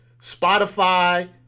Spotify